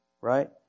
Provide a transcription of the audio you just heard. Right